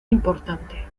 importante